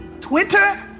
Twitter